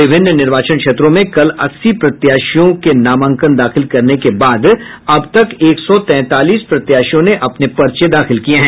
विभिन्न निर्वाचन क्षेत्रों में कल अस्सी प्रत्याशियों के नामांकन दाखिल करने के बाद अब तक एक सौ तैंतालीस प्रत्याशियों ने अपने पर्चे दाखिल किये हैं